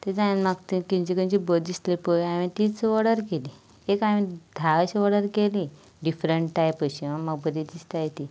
design म्हाका खंयची खंयची बरी दिसली पळय हांवें तीच ऑर्डर केली एक हांवें धाशीं ऑर्डर केली डिफरंट टायप अशीं आ बरीं दिसताय तीं